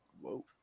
whoa